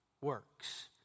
works